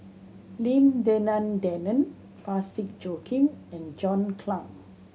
Lim Denan Denon Parsick Joaquim and John Clang